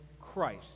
Christ